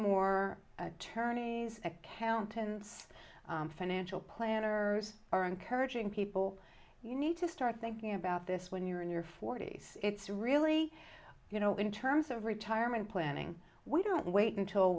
more attorneys accountants financial planners are encouraging people you need to start thinking about this when you're in your forty's it's really you know in terms of retirement planning we don't wait until